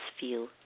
feel